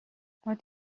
what